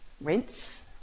rinse